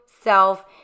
self